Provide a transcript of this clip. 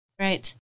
Right